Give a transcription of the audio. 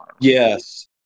Yes